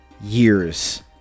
years